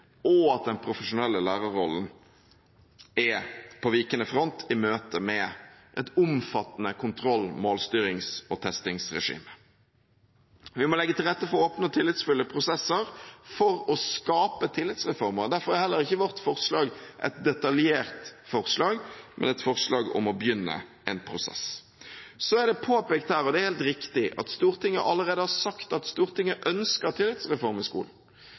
og at den profesjonelle lærerrollen er på vikende front i møte med et omfattende kontroll-, målstyrings- og testingsregime. Vi må legge til rette for åpne og tillitsfulle prosesser for å skape tillitsreformer. Derfor er heller ikke vårt forslag et detaljert forslag, men et forslag om å begynne en prosess. Så er det påpekt her, og det er helt riktig, at Stortinget allerede har sagt at de ønsker en tillitsreform i skolen.